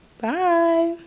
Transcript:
Bye